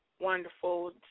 wonderful